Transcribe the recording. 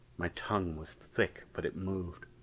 my tongue was thick, but it moved.